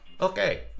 Okay